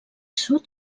sud